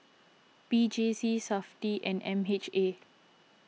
P J C SAFTI and M H A